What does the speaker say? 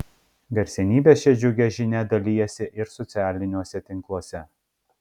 garsenybės šia džiugia žinia dalijasi ir socialiniuose tinkluose